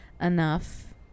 enough